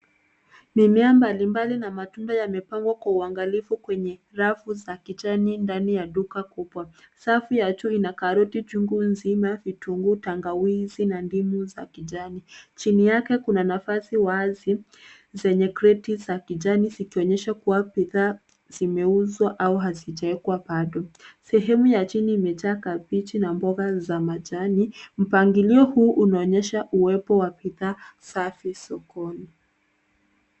Mimea mbalimbali na matunda yamepangwa kwa uangalifu kwenye rafu za kijani ndani ya duka kubwa. Safu ya juu ina karoti chungu nzima, vitunguu, tangawizi na ndimu za kijani. Chini yake kuna nafasi wazi zenye kreti za kijani zikionyesha kuwa bidhaa zimeuzwa au hazijaekwa bado, sehemu ya chini imejaa kabichi na mboga za majani. Mpangilio huu unaonyesha uwepo wa bidhaa safi sokoni.